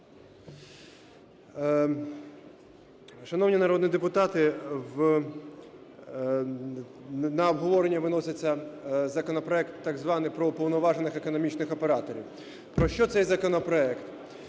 Шановні народні депутати! На обговорення виноситься законопроект так званий про уповноважених економічних операторів. Про що цей законопроект?